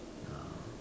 ya